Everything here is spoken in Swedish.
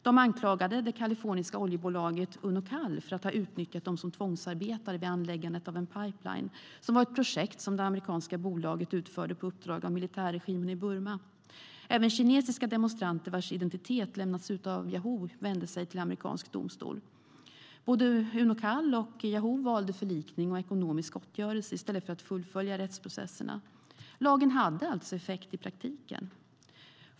De anklagade det kaliforniska oljebolaget Unocal för att ha utnyttjat dem som tvångsarbetare vid anläggandet av en pipeline, vilket var ett projekt det amerikanska bolaget utförde på uppdrag av militärregimen i Burma. Även kinesiska demonstranter vars identiteter lämnats ut av Yahoo vände sig till amerikansk domstol. Både Unocal och Yahoo valde förlikning och ekonomisk gottgörelse i stället för att fullfölja rättsprocesserna. Lagen hade alltså effekt i praktiken.